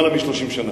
יותר מ-30 שנה.